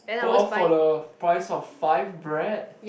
four for the price of five bread